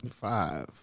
Five